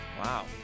Wow